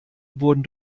wurden